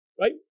right